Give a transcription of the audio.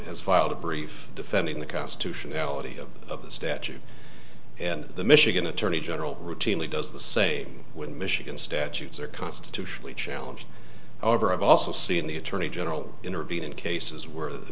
has filed a brief defending the constitution ality of the statute and the michigan attorney general routinely does the same when michigan statutes are constitutionally challenged however i've also seen the attorney general intervene in cases where the